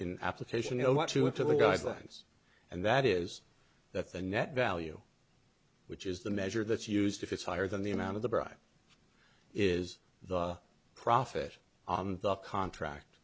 in application i want to add to the guidelines and that is that the net value which is the measure that's used if it's higher than the amount of the bribe is the profit on the contract